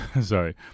sorry